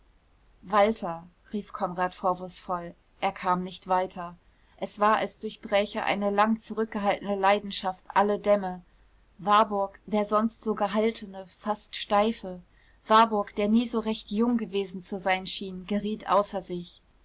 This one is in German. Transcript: walter rief konrad vorwurfsvoll er kam nicht weiter es war als durchbräche eine lang zurückgehaltene leidenschaft alle dämme warburg der sonst so gehaltene fast steife warburg der nie so recht jung gewesen zu sein schien geriet außer sich